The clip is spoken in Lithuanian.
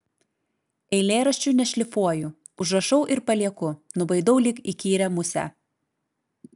eilėraščių nešlifuoju užrašau ir palieku nubaidau lyg įkyrią musę